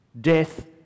Death